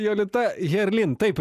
jolita herlin taip